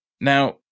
Now